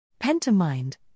Pentamind